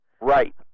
Right